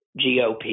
GOP